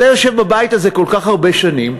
אתה יושב בבית הזה כל כך הרבה שנים,